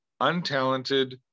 untalented